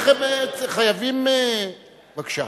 בבקשה.